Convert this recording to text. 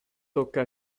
tocca